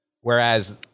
Whereas